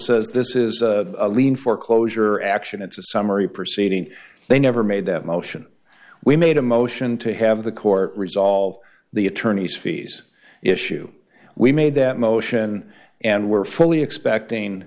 says this is a lien foreclosure action it's a summary proceeding they never made that motion we made a motion to have the court resolve the attorneys fees issue we made that motion and were fully expecting